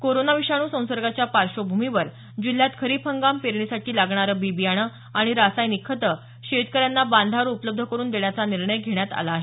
corona विषाणू संसर्गाच्या पार्श्वभूमीवर जिल्ह्यात खरीप हंगाम पेरणीसाठी लागणारे बी बियाणे आणि रासायनिक खतं शेतकऱ्यांना बांधावर उपलब्ध करून देण्याचा निर्णय घेण्यात आला आहे